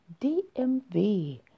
DMV